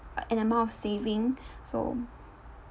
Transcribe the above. an amount of saving so